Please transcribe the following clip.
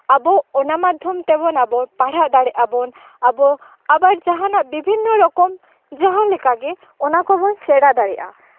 ᱟᱵᱚ ᱚᱱᱟ ᱢᱟᱫᱽᱫᱷᱚᱢ ᱛᱮᱵᱚᱱ ᱟᱵᱚ ᱯᱟᱲᱦᱟᱣ ᱫᱟᱲᱮᱭᱟᱜ ᱟᱵᱚᱱ ᱟᱵᱚ ᱟᱵᱟᱨ ᱡᱟᱦᱟᱱᱟᱜ ᱵᱤᱵᱷᱤᱱᱱᱚ ᱨᱚᱠᱚᱢ ᱡᱟᱦᱟᱸ ᱞᱮᱠᱟᱜᱮ ᱚᱱᱟ ᱠᱚᱵᱚᱱ ᱥᱮᱲᱟ ᱫᱟᱲᱮᱭᱟᱜᱼᱟ